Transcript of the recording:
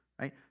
right